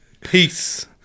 Peace